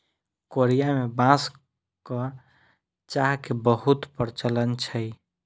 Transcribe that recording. Korea में बांसक चाह के बहुत प्रचलन छै